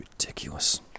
ridiculous